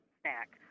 snack